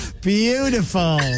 beautiful